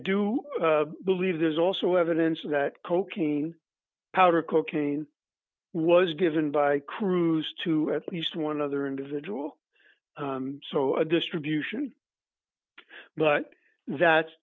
do believe there's also evidence that cocaine powder cocaine was given by cruz to at least one other individual so a distribution but that